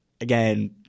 again